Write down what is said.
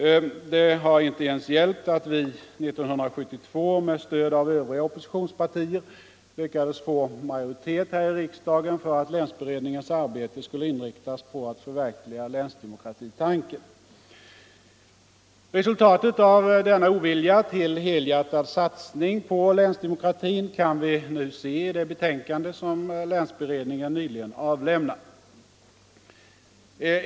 Det har inte ens hjälpt att vi 1972 med stöd av övriga oppositionspartier lyckades få majoritet här i riksdagen för att länsberedningens arbete skulle inriktas på att förverkliga länsdemokratitanken. Resultatet av denna ovilja till helhjärtad satsning på länsdemokratin kan vi nu se i det betänkande som länsberedningen nyligen avlämnat.